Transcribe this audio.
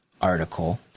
article